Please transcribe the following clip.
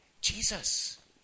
Jesus